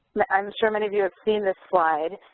i'm sure many of you have seen this slide.